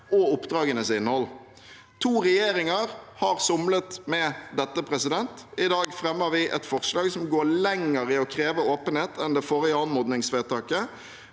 og oppdragenes innhold. To regjeringer har somlet med dette. I dag fremmer vi et forslag som går lenger i å kreve åpenhet enn det forrige anmodningsvedtaket,